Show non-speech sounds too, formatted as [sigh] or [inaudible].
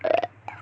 [noise]